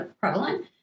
prevalent